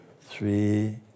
three